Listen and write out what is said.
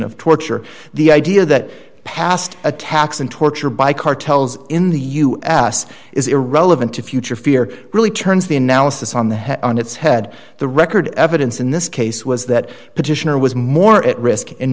of torture the idea that past attacks and torture by cartels in the u s is irrelevant to future fear really turns the analysis on the head on its head the record evidence in this case was that petitioner was more at risk in